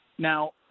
Now